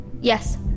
Yes